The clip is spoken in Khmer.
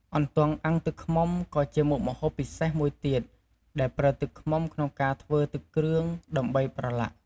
អន្ទង់អាំងទឹកឃ្មុំ ក៏ជាមុខម្ហូបពិសេសមួយទៀត ដែលប្រើទឹកឃ្មុំក្នុងការធ្វើទឹកគ្រឿងដើម្បីប្រឡាក់។